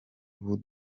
ubu